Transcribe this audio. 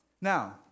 Now